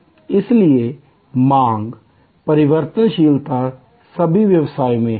इसलिए मांग की परिवर्तनशीलता सभी व्यवसाय में है